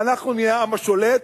ואנחנו נהיה העם השולט.